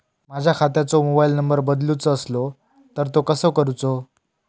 माझ्या खात्याचो mobile number बदलुचो असलो तर तो कसो करूचो?